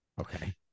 okay